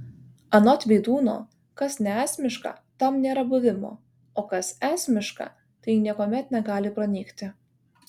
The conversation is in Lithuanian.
anot vydūno kas neesmiška tam nėra buvimo o kas esmiška tai niekuomet negali pranykti